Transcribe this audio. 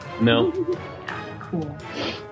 No